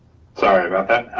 sorry about that.